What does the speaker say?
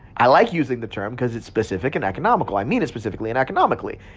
i like using the term cause it's specific and economical. i mean it specifically and economically.